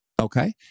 Okay